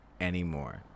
anymore